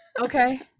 okay